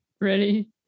Ready